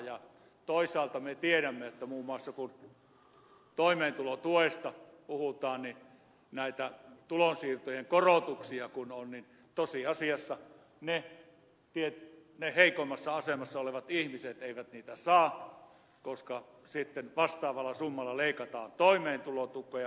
ja toisaalta me tiedämme että kun muun muassa toimeentulotuesta puhutaan niin kun näitä tulonsiirtojen korotuksia on tosiasiassa ne heikoimmassa asemassa olevat ihmiset eivät niitä saa koska sitten vastaavalla summalla leikataan toimeentulotukea